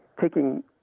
taking